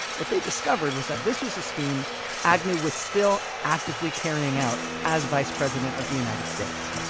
what they discovered was that this was a scheme agnew was still actively carrying out as vice president of the united states,